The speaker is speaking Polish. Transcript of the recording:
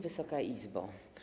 Wysoka Izbo!